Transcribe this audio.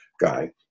guy